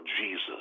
Jesus